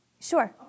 Sure